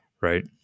right